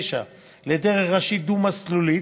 79 לדרך ראשית דו-מסלולית,